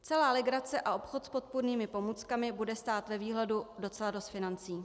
Celá legrace a obchod s podpůrnými pomůckami bude stát ve výhledu docela dost financí.